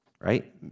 Right